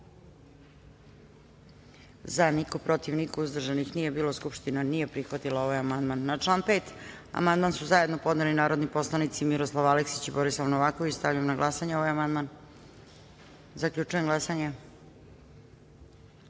- niko, protiv - niko, uzdržanih nije bilo. Konstatujem da Skupština nije prihvatila ovaj amandman. Na član 5. amandman su zajedno podneli narodni poslanici Miroslav Aleksić i Borislav Novaković. Stavljam na glasanje ovaj amandman. Zaključujem glasanje: